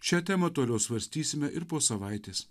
šią temą toliau svarstysime ir po savaitės